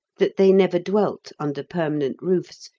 that they never dwelt under permanent roofs,